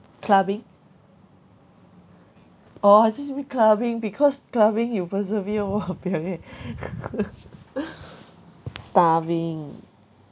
clubbing orh just mean clubbing because clubbing you persevere !wahpiang! eh starving